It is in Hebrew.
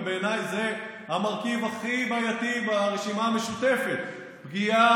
ובעיניי זה המרכיב הכי בעייתי ברשימה המשותפת: פגיעה